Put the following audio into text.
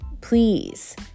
please